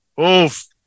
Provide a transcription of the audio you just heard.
Oof